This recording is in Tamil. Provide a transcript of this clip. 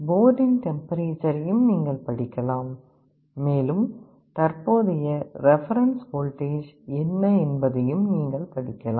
போர்டின் டெம்பரேச்சரையும் நீங்கள் படிக்கலாம் மேலும் தற்போதைய ரெபரன்ஸ் வோல்டேஜ் என்ன என்பதையும் நீங்கள் படிக்கலாம்